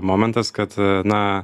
momentas kad na